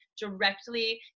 directly